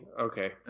Okay